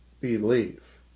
believe